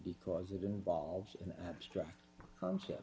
because it involves an abstract concept